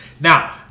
now